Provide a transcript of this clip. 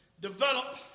Develop